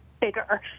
bigger